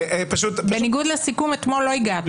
בניגוד לסיכום אתמול, לא הגעת.